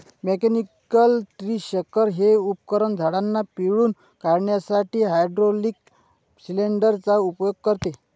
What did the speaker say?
mechanical tree shaker हे उपकरण झाडांना पिळून काढण्यासाठी हायड्रोलिक सिलेंडर चा उपयोग करते